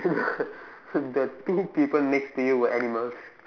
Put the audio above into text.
the two people next to you were animals